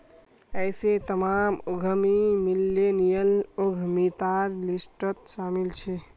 ऐसे तमाम उद्यमी मिल्लेनियल उद्यमितार लिस्टत शामिल छे